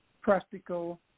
practical